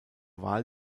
wahl